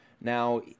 Now